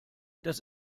das